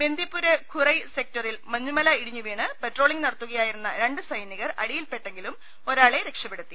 ബന്ദിപുരെ ഖുറൈ സെക്ടറിൽ മഞ്ഞുമല ഇടിഞ്ഞുവീണ് പട്രോളിംഗ് നടത്തുകയായിരുന്ന രണ്ട് സൈനി കർ അടിയിൽപ്പെട്ടെങ്കിലും ഒരാളെ രക്ഷപ്പെടുത്തി